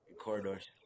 corridors